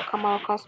akamaro ka siporo.